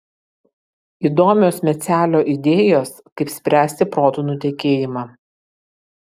įdomios mecelio idėjos kaip spręsti protų nutekėjimą